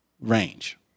range